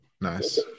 nice